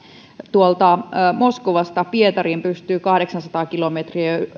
tuolta moskovasta pietariin pystyy matkustamaan kahdeksansataa kilometriä